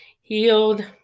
healed